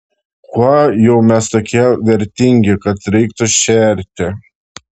kuo jau mes tokie vertingi kad reiktų šerti